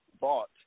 bought